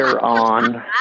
on